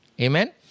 Amen